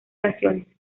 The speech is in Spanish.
canciones